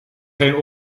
geen